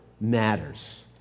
matters